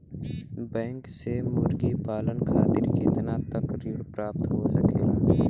Bank से मुर्गी पालन खातिर कितना तक ऋण प्राप्त हो सकेला?